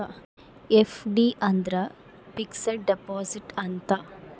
FD ಅಂದ್ರ fixed deposit ಅಂತ